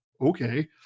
okay